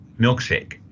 milkshake